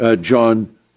John